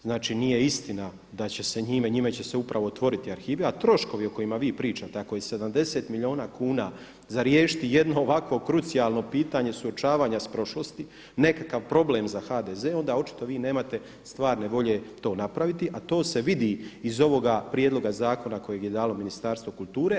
Znači nije istina da će se njime, njime će se upravo otvoriti arhivi, a troškovi o kojima vi pričate, a koji 70 milijuna kuna za riješiti jedno ovakvo krucijalno pitanje suočavanja s prošlosti nekakav problem za HDZ onda očito vi nemate stvarne volje to napraviti, a to se vidi iz ovoga prijedloga zakona kojeg je dalo Ministarstvo kulture.